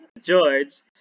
George